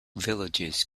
villages